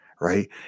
right